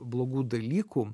blogų dalykų